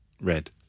Red